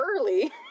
early